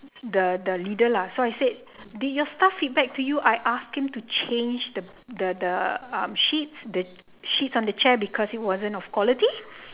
the the leader lah so I said did your staff feedback to you I asked him to change the the the uh sheets the sheets on the chair because it wasn't of quality